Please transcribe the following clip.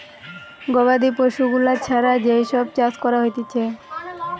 গবাদি পশু গুলা ছাড়া যেই সব চাষ করা হতিছে